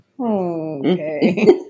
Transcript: Okay